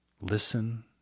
Listen